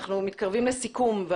אנחנו מתקרבים לסיכום.